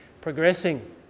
progressing